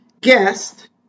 guest